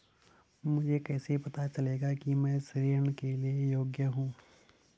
मुझे कैसे पता चलेगा कि मैं ऋण के लिए योग्य हूँ?